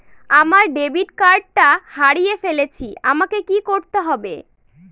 আমার ডেবিট কার্ডটা হারিয়ে ফেলেছি আমাকে কি করতে হবে?